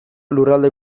lurralde